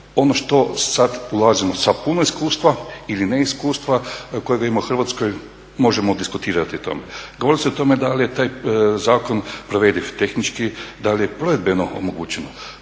ono što sad ulazimo sa puno iskustva ili neiskustva kojega ima u Hrvatskoj, možemo diskutirati o tome. Govorili ste o tome da li je taj zakon provediv tehnički, da li je … omogućeno?